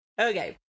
Okay